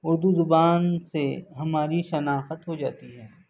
اردو زبان سے ہماری شناخت ہو جاتی ہے